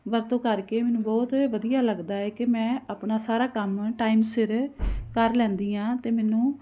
ਵਰਤੋਂ ਕਰਕੇ ਮੈਨੂੰ ਬਹੁਤ ਵਧੀਆ ਲੱਗਦਾ ਹੈ ਕਿ ਮੈਂ ਆਪਣਾ ਸਾਰਾ ਕੰਮ ਟਾਈਮ ਸਿਰ ਕਰ ਲੈਂਦੀ ਹਾਂ ਅਤੇ ਮੈਨੂੰ